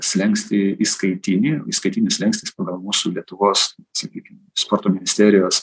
slenkstį įskaitinį įskaitinis slenkstis pagal mūsų lietuvos sakykim sporto ministerijos